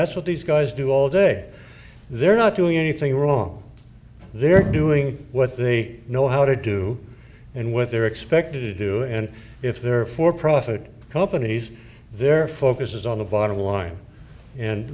that's what these guys do all day they're not doing anything wrong they're doing what they know how to do and what they're expected to do and if they're for profit companies their focus is on the bottom line and